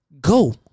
go